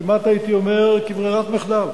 כמעט הייתי אומר, כברירת מחדל,